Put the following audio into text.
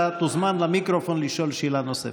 אתה תוזמן למיקרופון לשאול שאלה נוספת.